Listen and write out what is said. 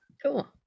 Cool